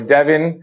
Devin